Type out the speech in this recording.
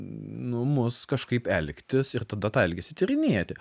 nu mus kažkaip elgtis ir tada tą elgesį tyrinėti